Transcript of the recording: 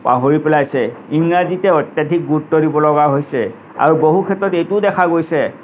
পাহৰি পেলাইছে ইংৰাজীতে অত্যাধিক গুৰুত্ব দিবলগা হৈছে আৰু বহু ক্ষেত্ৰত এইটোও দেখা গৈছে